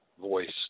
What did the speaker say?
voice